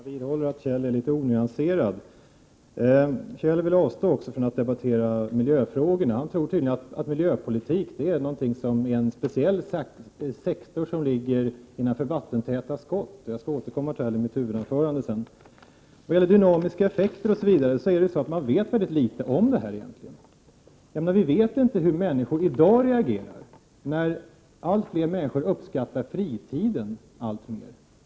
Herr talman! Jag vidhåller att Kjell Johansson är något onyanserad. Han avstår dessutom från att diskutera miljöfrågorna. Han tror tydligen att miljöpolitik är någonting som utgör en speciell sektor som ligger inom vattentäta skott. Jag återkommer till detta i mitt huvudanförande. Egentligen vet man mycket litet om dynamiska effekter. Vi vet inte hur människor reagerar i dag när allt fler människor uppskattar fritiden alltmer.